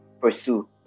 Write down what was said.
pursue